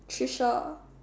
Tricia